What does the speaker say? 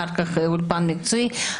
אחר כך אולפן מקצועי,